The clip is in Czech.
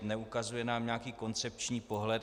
Neukazuje nám nějaký koncepční pohled.